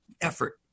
effort